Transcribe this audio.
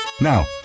Now